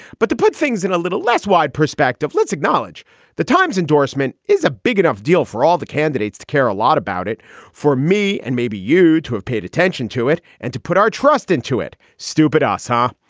but to put things in a little less wide perspective, let's acknowledge the times endorsement is a big enough deal for all the candidates to care a lot about it for me. and maybe you too have paid attention to it and to put our trust into it. stupid ah asar.